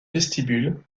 vestibule